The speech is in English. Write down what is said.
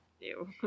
Ew